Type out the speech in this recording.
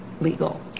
legal